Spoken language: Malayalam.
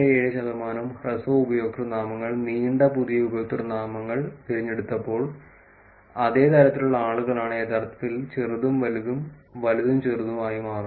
87 ശതമാനം ഹ്രസ്വ ഉപയോക്തൃനാമങ്ങൾ നീണ്ട പുതിയ ഉപയോക്തൃനാമങ്ങൾ തിരഞ്ഞെടുത്തപ്പോൾ അതേ തരത്തിലുള്ള ആളുകളാണ് യഥാർത്ഥത്തിൽ ചെറുതും വലുതും വലുതും ചെറുതും ആയി മാറുന്നത്